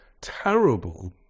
terrible